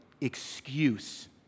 excuse